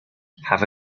have